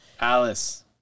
Alice